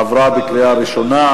עברה בקריאה ראשונה,